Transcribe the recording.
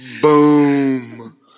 Boom